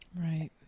Right